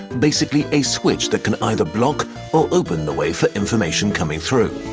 basically a switch that can either block or open the way for information coming through.